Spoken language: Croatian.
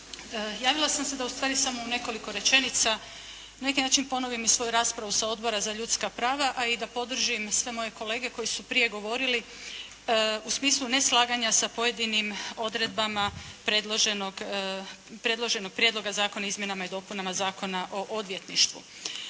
Javila sam se da ustvari samo u nekoliko rečenica na neki način ponovim i svoju raspravu sa Odbora za ljudska prava a i da podržim sve moje kolege koji su prije govorili u smislu neslaganja sa pojedinim odredbama predloženog Prijedloga zakona o izmjenama i dopunama Zakona o odvjetništvu.